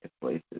places